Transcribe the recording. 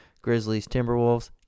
Grizzlies-Timberwolves